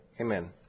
Amen